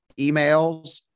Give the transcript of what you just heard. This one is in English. emails